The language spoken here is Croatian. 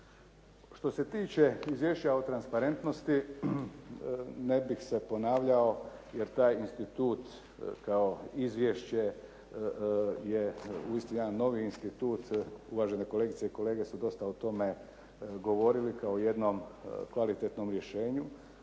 Što se tiče izvješća o transparentnosti, ne bih se ponavljao, jer taj institut kao izvješće je uistinu jedan novi institut uvažene kolegice i kolege su dosta o tome govorili kao o jednom kvalitetnom rješenju